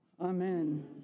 amen